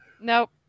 Nope